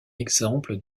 exemple